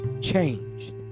changed